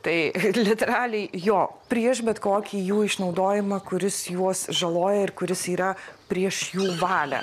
tai literaliai jo prieš bet kokį jų išnaudojimą kuris juos žaloja ir kuris yra prieš jų valią